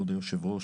כבוד היושב-ראש,